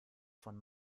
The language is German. von